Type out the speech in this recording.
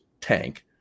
tank